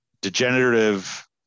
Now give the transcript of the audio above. degenerative